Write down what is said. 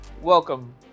welcome